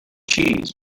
cheese